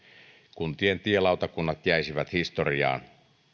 kuntien tielautakunnat jäisivät historiaan